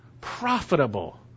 profitable